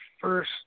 first